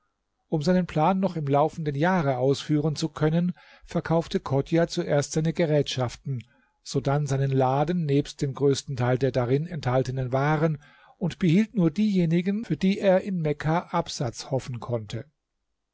um seinen plan noch im laufenden jahre ausführen zu können verkaufte chodjah zuerst seine gerätschaften sodann seinen laden nebst dem größten teil der darin enthaltenen waren und behielt nur diejenigen für die er in mekka absatz hoffen konnte